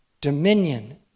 dominion